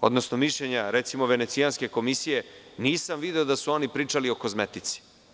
odnosno mišljenja Venecijanske komisije, nisam video da su oni pričali o kozmetici.